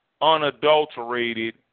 unadulterated